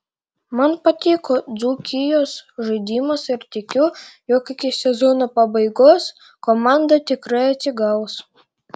man patiko dzūkijos žaidimas ir tikiu jog iki sezono pabaigos komanda tikrai atsigaus